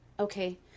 Okay